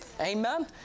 Amen